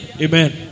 Amen